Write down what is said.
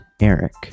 Eric